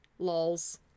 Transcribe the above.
lols